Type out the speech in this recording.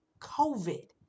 COVID